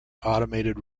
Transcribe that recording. automated